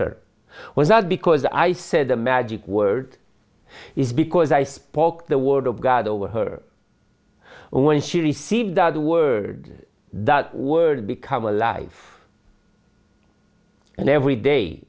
her with that because i said the magic word is because i spoke the word of god over her when she received that word that word become a life and every day